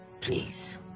please